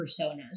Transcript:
personas